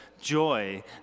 joy